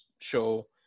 show